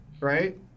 right